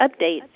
update